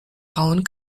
rauen